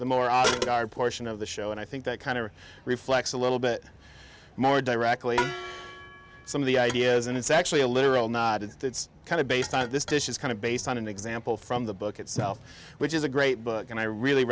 more our portion of the show and i think that kind of reflects a little bit more directly some of the ideas and it's actually a literal not it's kind of based on this dish is kind of based on an example from the book itself which is a great book and i really